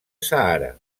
sàhara